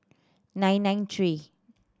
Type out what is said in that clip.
nine nine three